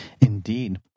Indeed